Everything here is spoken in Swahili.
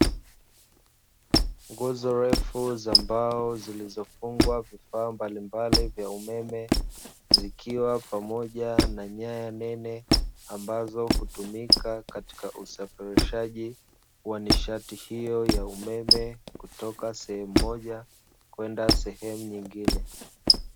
Nguzo ndefu za mbao zilizofungwa vifaa mbalimbali vya umeme, zikiwa pamoja na nyaya nene ambao hutumika katika usafirishaji wa nishati hiyo ya umeme kutoka sehemu moja kwenda sehemu nyingine.